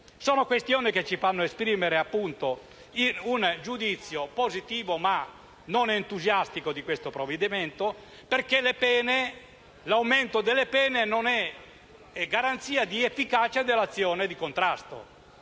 di questioni che ci fanno esprimere un giudizio positivo ma non entusiastico di questo provvedimento, perché l'aumento delle pene non è garanzia di efficacia dell'azione di contrasto.